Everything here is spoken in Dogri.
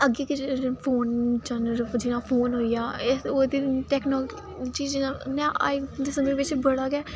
अग्गै फिर फोन होई आ ओह्दी टैक्नालोजी अज्ज दे समें बिच